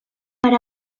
per